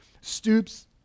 stoops